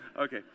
Okay